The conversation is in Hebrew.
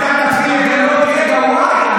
קודם שהוא ילך ואז,